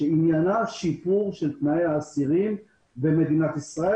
שעניינה שיפור של תנאי האסירים במדינת ישראל.